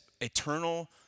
eternal